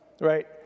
right